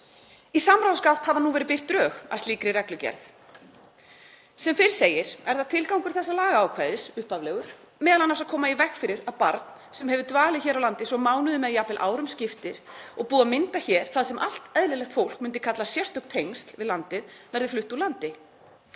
Í samráðsgátt hafa nú verið birt drög að slíkri reglugerð. Sem fyrr segir er upphaflegur tilgangur þessa lagaákvæðis m.a. að koma í veg fyrir að barn sem hefur dvalið hér á landi svo mánuðum eða jafnvel árum skiptir og búið að mynda hér það sem allt eðlilegt fólk myndi kalla sérstök tengsl við landið verði flutt úr landi.